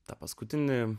tą paskutinį